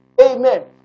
Amen